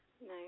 Nice